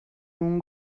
اون